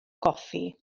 goffi